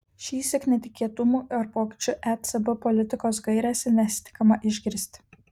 šįsyk netikėtumų ar pokyčių ecb politikos gairėse nesitikima išgirsti